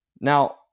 Now